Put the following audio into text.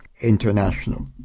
International